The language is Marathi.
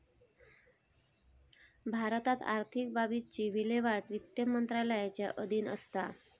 भारतात आर्थिक बाबतींची विल्हेवाट वित्त मंत्रालयाच्या अधीन असता